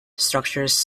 structures